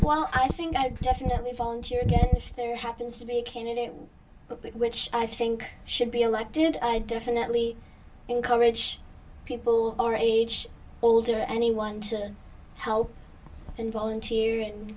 well i think i definitely volunteered there happens to be a candidate which i think should be elected i definitely encourage people our age old or anyone to help and volunteer and